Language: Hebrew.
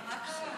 מה, מה קרה?